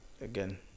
again